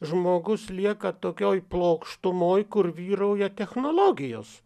žmogus lieka tokioj plokštumoj kur vyrauja technologijos